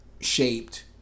Shaped